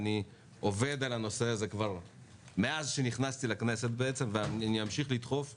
אני עובד על הנושא הזה מאז שנכנסתי לכנסת ואמשיך לדחוף אותו.